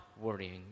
worrying